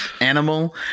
animal